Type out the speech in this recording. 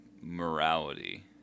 morality